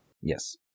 Yes